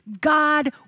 God